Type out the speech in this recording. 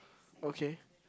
okay